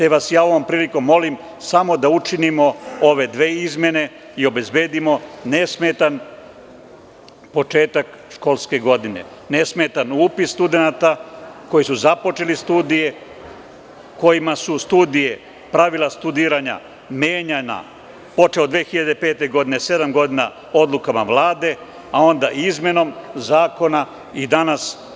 Ovom prilikom vas ja molim samo da učinimo ove dve izmene i obezbedimo nesmetan početak školske godine, nesmetan upis studenata koji su započeli studije kojima su studije i pravila studiranja menjana, počev od 2005. godine, sedam godina, odlukama Vlade, a onda izmenom Zakona do danas.